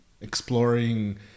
exploring